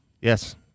Yes